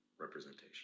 representation